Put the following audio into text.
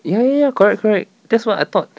ya ya ya correct correct that's what I thought